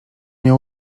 nie